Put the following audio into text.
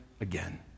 again